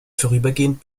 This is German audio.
vorübergehend